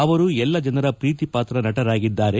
ಅವರು ಎಲ್ಲ ಜನರ ಪ್ರೀತಿಪಾತ್ರ ನಟರಾಗಿದ್ದಾರೆ